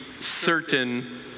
certain